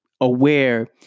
aware